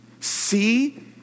See